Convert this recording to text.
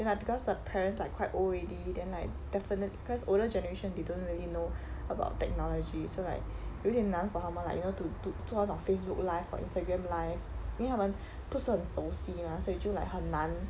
then like because the parents like quite old already then like definite~ cause older generation they don't really know about technology so like 点难 for 他们 like you know to to 做那种 Facebook live or Instagram live 因为他们不是很熟悉 mah 所以就 like 很难